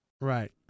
right